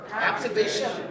Activation